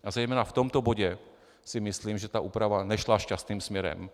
A zejména v tomto bodě si myslím, že ta úprava nešla šťastným směrem.